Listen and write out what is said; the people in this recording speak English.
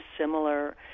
similar